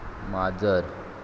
माजर